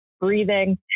breathing